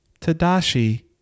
Tadashi